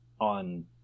on